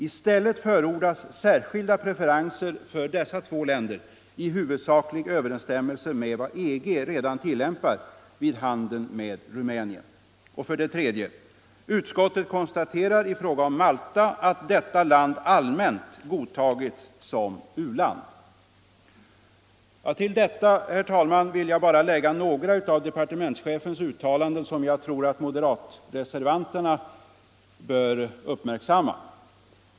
I stället förordas särskilda preferenser för dessa två länder i huvudsaklig överensstämmelse med vad EG redan tillämpar vid handeln med Rumänien.” Till detta vill jag sedan bara anföra några av departementschefens uttalanden, som jag tror att moderatreservanterna bör uppmärksamma.